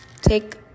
take